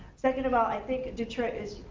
second of all, i think detroit is,